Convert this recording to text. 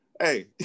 Hey